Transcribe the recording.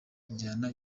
injyana